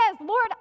Lord